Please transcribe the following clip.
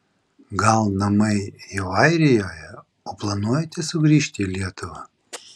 gal namai jau airijoje o planuojate sugrįžti į lietuvą